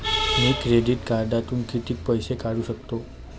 मी credit कार्डातून किती पैसे काढू शकतो?